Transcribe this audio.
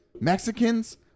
Mexicans